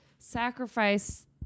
sacrifice